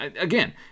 Again